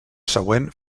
següent